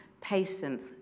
patience